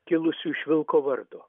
kilusių iš vilko vardo